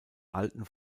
alten